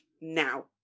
now